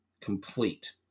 complete